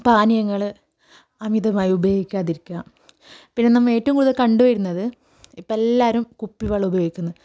പാനീയങ്ങൾ അമിതമായി ഉപയോഗിക്കാതിരിക്കുക പിന്നെ നമ്മൾ ഏറ്റവും കൂടുതൽ കണ്ടു വരുന്നത് ഇപ്പം എല്ലാവരും കുപ്പിവെള്ളം ഉപയോഗിക്കുന്നു